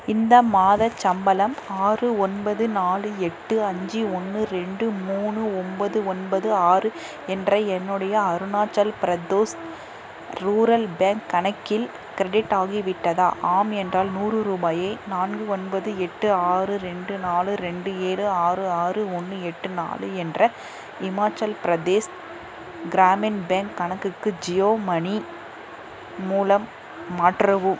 இந்த மாதச் சம்பளம் ஆறு ஒன்பது நாலு எட்டு அஞ்சு ஒன்று ரெண்டு மூணு ஒம்போது ஒன்பது ஆறு என்ற என்னுடைய அருணாச்சல் பிரதேஷ் ரூரல் பேங்க் கணக்கில் க்ரெடிட் ஆகிவிட்டதா ஆம் என்றால் நூறு ரூபாயை நான்கு ஒன்பது எட்டு ஆறு ரெண்டு நாலு ரெண்டு ஏழு ஆறு ஆறு ஒன்று எட்டு நாலு என்ற இமாச்சல் பிரதேஷ் க்ராமின் பேங்க் கணக்குக்கு ஜியோ மனி மூலம் மாற்றவும்